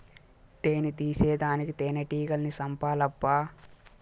తేని తీసేదానికి తేనెటీగల్ని సంపాలబ్బా